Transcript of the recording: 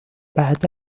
بعد